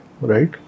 Right